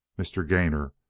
mr. gainor,